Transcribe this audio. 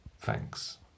thanks